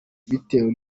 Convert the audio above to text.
bitewe